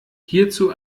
hierzu